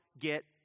get